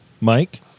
Mike